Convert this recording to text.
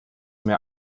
mehr